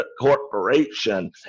corporation